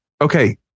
Okay